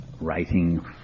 writing